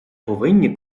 повинні